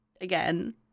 again